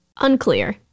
Unclear